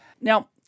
Now